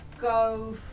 go